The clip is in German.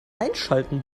einschalten